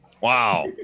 Wow